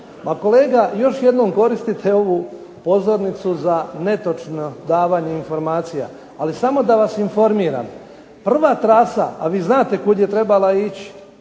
Pa kolega još jednom koristite ovu pozornicu za netočno davanje informacija. Ali samo da vas informiram, prva trasa, a vi znate kud je trebala ići,